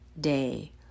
day